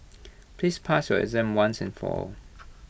please pass your exam once and for all